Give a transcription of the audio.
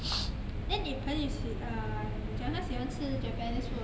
then 你朋友喜 uh 你讲他喜欢吃 japanese food hor